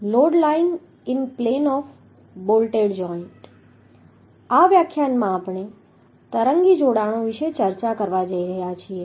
આ વ્યાખ્યાનમાં આપણે તરંગી જોડાણો વિશે ચર્ચા કરવા જઈ રહ્યા છીએ